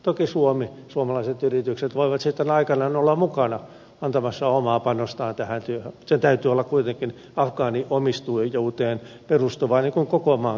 toki suomi ja suomalaiset yritykset voivat sitten aikanaan olla mukana antamassa omaa panostaan tähän työhön mutta sen täytyy olla kuitenkin afgaaniomistajuuteen perustuvaa niin kuin koko maan kehityksen